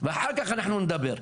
ואחר כך אנחנו נדבר.